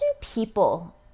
people